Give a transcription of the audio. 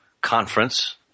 conference